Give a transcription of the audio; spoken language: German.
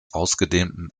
ausgedehnten